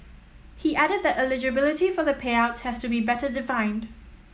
he added that eligibility for the payouts has to be better defined